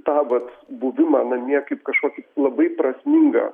tą vat buvimą namie kaip kažkokį labai prasmingą